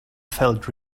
felt